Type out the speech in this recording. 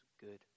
good